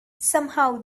somehow